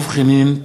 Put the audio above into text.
דב חנין,